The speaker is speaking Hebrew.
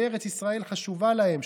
שארץ ישראל חשובה להם,